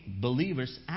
believers